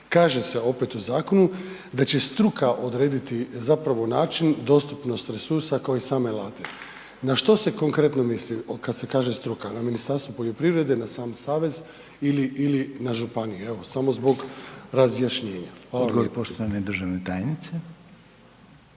Kaže se, opet u zakonu, da će struka odrediti zapravo način, dostupnost resursa, kao i same .../Govornik se ne razumije./... Na što se konkretno misli kad se kaže struka na Ministarstvo poljoprivrede, na sam savez ili na županije. Evo, samo zbog razjašnjenja. Hvala vam lijepo.